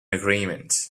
agreement